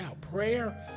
Prayer